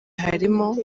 harimo